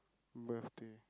birthday